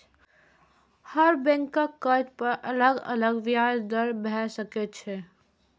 हर बैंकक कर्ज पर अलग अलग ब्याज दर भए सकै छै